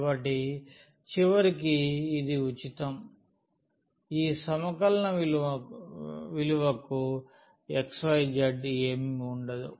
కాబట్టి చివరికి ఇది ఉచితం ఈ సమకలన విలువకు xyz ఏమీ ఉండదు